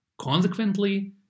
Consequently